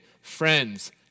Friends